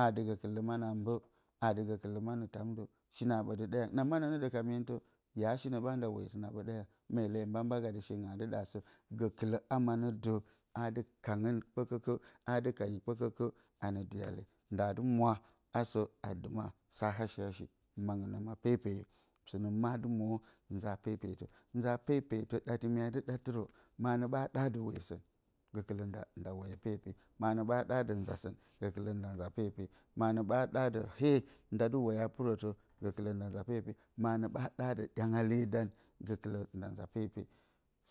Aa dɨ gǝkɨlǝ manǝ a mbǝ, aa dɨ gǝkɨlǝ manǝ tamdǝ shinǝ a ɓǝ dɨ ɗayang. Manǝ nǝ dǝ ka myentǝ, ya shinǝ ɓanda woyo tǝna ɗa yang. Mye leyo mbak-mbak atɨ, shinlɨng a dɨ ɗa sǝ. Gǝkɨlǝ ama nǝ dǝ a dɨ kanǝ kpǝkǝkǝ, a dɨ kanyi kpǝkǝkǝ a nǝ diyale. Naa dɨ wa asǝ dɨma sa hashi-hashi. Mangɨn ma pepeyo sɨnǝ ma dɨ mwo nza pepetǝ. Nza pepetǝ ɗati mya dɨ ɗa tɨrǝ. Ma nǝ ɓa ɗaɗǝ wesǝn, gǝkɨlǝ nda woyo pepe. Ma nǝ ɓa ɗadǝ nzasǝn gǝkɨlǝ nda nza pepe. Ma nǝ ɓa ɗadǝ hee nda dɨ woyo a pɨrǝ dǝ, gǝkɨlǝ nda nza pepe, ma nǝ ɓa ɗadǝ ɗyangale dan gǝkɨlǝ nda nza pepe.